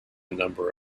number